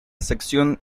sección